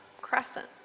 Crescent